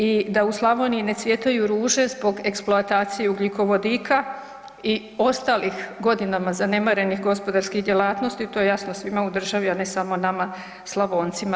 I da u Slavoniji ne cvjetaju ruže zbog eksploatacije ugljikovodika i ostalih godinama zanemarenih gospodarskih djelatnosti to je jasno svima u državi, a ne samo nama Slavoncima.